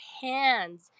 hands